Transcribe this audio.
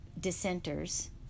dissenters